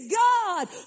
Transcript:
God